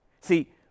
See